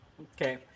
Okay